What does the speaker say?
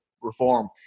reform